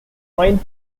fine